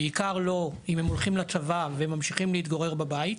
בעיקר לא אם הם הולכים לצבא וממשיכים להתגורר בבית,